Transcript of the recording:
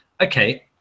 okay